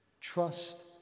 Trust